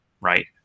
Right